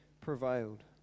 prevailed